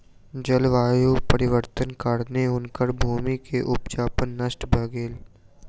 जलवायु परिवर्तनक कारणेँ हुनकर भूमि के उपजाऊपन नष्ट भ गेलैन